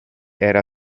era